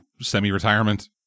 semi-retirement